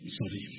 sorry